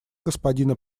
господина